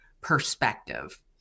perspective